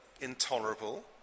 intolerable